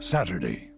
Saturday